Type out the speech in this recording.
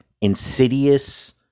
insidious